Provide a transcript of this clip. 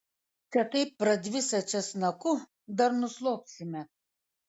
čia taip pradvisę česnaku dar nuslopsime